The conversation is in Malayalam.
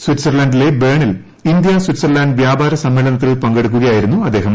സ്വിറ്റ്സർലന്റിലെബേണിൽ ഇന്ത്യ സ്വിറ്റ്സർലൻഡ് വ്യാപാര സമ്മേളനത്തിൽ പങ്കെടുക്കുകയായിരുന്നു അദ്ദേഹം